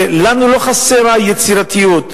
אבל לנו לא חסרה יצירתיות,